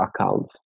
accounts